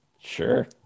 Sure